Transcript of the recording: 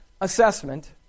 assessment